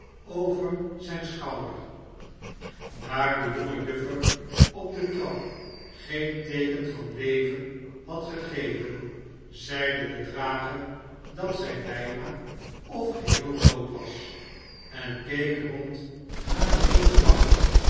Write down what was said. over zijn schouder daar de jonge juffer op de trap geen teeken van leven had gegeven zeide de drager dat zij bijna of geheel dood was en keek rond naar eene bank